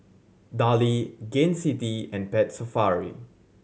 Darlie Gain City and Pet Safari